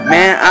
Man